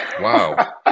Wow